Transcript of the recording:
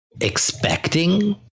expecting